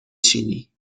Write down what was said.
بچینی